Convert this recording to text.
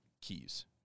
keys